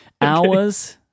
hours